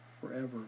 forever